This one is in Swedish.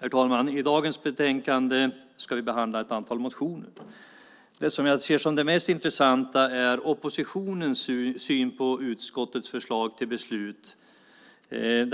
Herr talman! I dagens betänkande behandlas ett antal motioner. Det som jag ser som det mest intressanta är oppositionens syn på utskottets förslag till beslut.